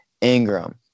Ingram